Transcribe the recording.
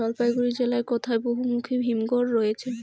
জলপাইগুড়ি জেলায় কোথায় বহুমুখী হিমঘর রয়েছে?